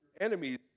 enemies